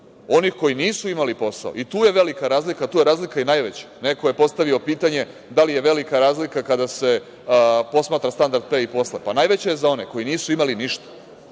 onih koji nisu imali posao i tu je velika razlika. Tu je razlika i najveća, neko je postavio pitanje - da li je velika razlika kada se posmatra standard pre i posle, pa najveća je za one koji nisu imali ništa,